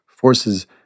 Forces